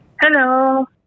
Hello